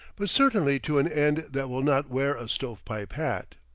but certainly to an end that will not wear a stove-pipe hat.